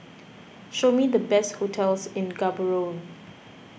show me the best hotels in Gaborone